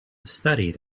studied